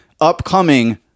upcoming